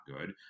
good